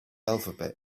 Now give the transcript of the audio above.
alphabet